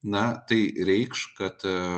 na tai reikš kad